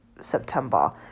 September